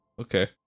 Okay